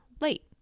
late